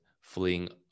fleeing